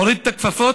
מוריד את הכפפות